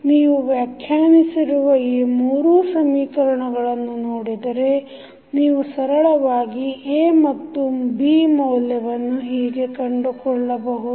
ನೀವು ವ್ಯಾಖ್ಯಾನಿಸಿರುವ ಈ ಮೂರು ಸಮೀಕರಣಗಳನ್ನು ನೋಡಿದರೆ ನೀವು ಸರಳವಾಗಿ A ಮತ್ತು B ಮೌಲ್ಯವನ್ನು ಹೀಗೆ ಕಂಡುಕೊಳ್ಳಬಹುದು